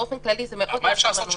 באופן כללי זה מאוד --- מה אפשר לעשות,